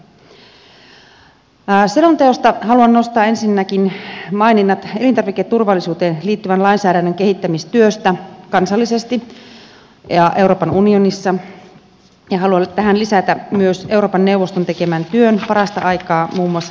selonteosta haluan nostaa ensinnäkin maininnat elintarviketurvallisuuteen liittyvän lainsäädännön kehittämistyöstä kansallisesti ja euroopan unionissa ja haluan tähän lisätä myös euroopan neuvoston parasta aikaa tekemän työn muun muassa nanoteknologian osalta